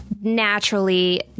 naturally